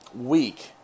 week